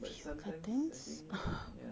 a few cartons